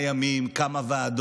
כמה לילות, כמה ימים, כמה ועדות